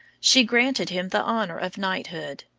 she granted him the honor of knighthood,